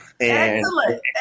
Excellent